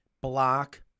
Block